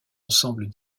ensembles